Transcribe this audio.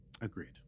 Agreed